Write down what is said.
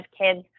kids